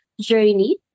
journey